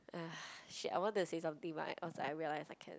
ah shit I wanted to say something but I I was like realise I can't